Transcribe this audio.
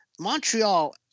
Montreal